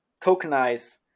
tokenize